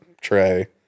tray